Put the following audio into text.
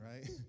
right